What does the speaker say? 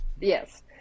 Yes